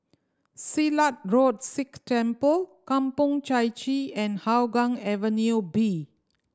Silat Road Sikh Temple Kampong Chai Chee and Hougang Avenue B